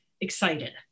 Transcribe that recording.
excited